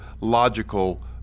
logical